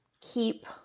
keep